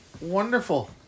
wonderful